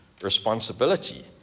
responsibility